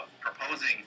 proposing